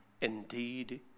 indeed